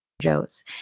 Joe's